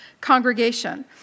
congregation